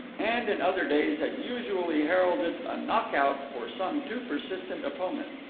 and in other days had usually heralded a knock-out for some too persistent opponent.